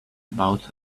about